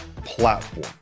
platform